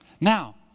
Now